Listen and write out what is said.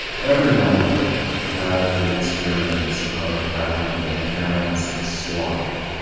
everyone of them had the experience of having their parents slaughtered.